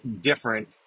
different